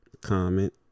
comment